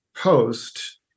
post